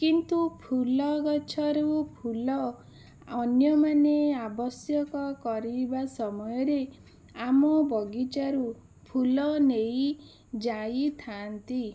କିନ୍ତୁ ଫୁଲ ଗଛରୁ ଫୁଲ ଅନ୍ୟମାନେ ଆବଶ୍ୟକ କରିବା ସମୟରେ ଆମ ବଗିଚାରୁ ଫୁଲ ନେଇ ଯାଇଥାନ୍ତି